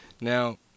Now